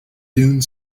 dune